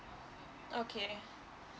okay